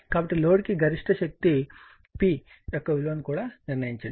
కాబట్టి లోడ్కు గరిష్ట శక్తి గరిష్ట శక్తి P యొక్క విలువను కూడా నిర్ణయించండి